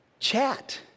chat